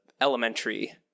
elementary